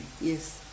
yes